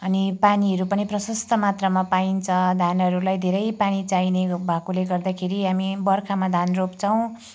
अनि पानीहरू पनि प्रशस्त मात्रामा पाइन्छ धानहरूलाई धेरै पानी चाहिने भएकोले गर्दाखेरि अनि बर्खामा धान रोप्छौँ